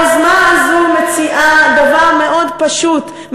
היוזמה הזאת מציעה דבר מאוד פשוט,